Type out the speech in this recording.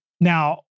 Now